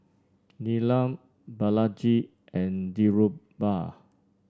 Neelam Balaji and Dhirubhai